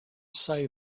say